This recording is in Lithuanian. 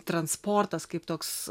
transportas kaip toks